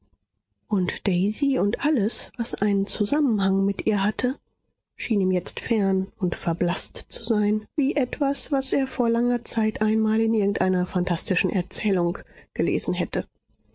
und daisy und alles was einen zusammenhang mit ihr hatte schien ihm jetzt fern und verblaßt zu sein wie etwas was er vor langer zeit einmal in irgendeiner phantastischen erzählung gelesen hätte